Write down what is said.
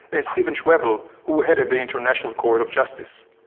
and stephen schwebel who headed the international court of justice.